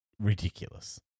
ridiculous